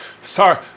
Sorry